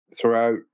throughout